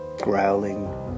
growling